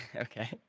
Okay